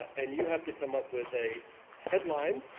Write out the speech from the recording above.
and you have to come up with a headline,